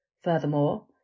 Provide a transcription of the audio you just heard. Furthermore